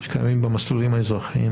שקיימים במסלולים האזרחיים.